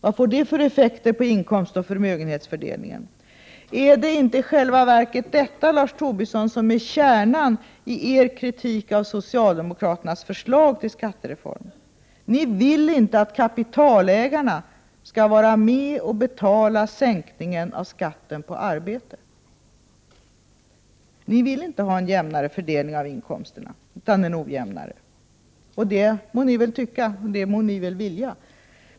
Vad får det för effekter på inkomstoch förmögenhetsfördelningen? Är det inte i själva verket detta, Lars Tobisson, som är kärnan i er kritik av socialdemokraternas förslag till skattereform? Ni vill inte att kapitalägarna skall vara med och betala sänkningen av skatten på arbete. Ni vill inte ha en jämnare fördelning av inkomsterna — utan en ojämnare. Det må ni väl tycka, och de må ni väl vilja.